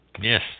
Yes